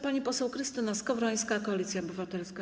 Pani poseł Krystyna Skowrońska, Koalicja Obywatelska.